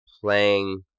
playing